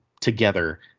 together